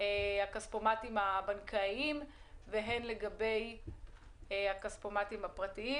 הכספומטים הבנקאיים והן לגבי הפרטיים.